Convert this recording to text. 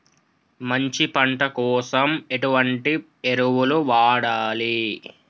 మంచి పంట కోసం ఎటువంటి ఎరువులు వాడాలి?